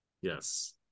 Yes